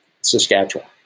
Saskatchewan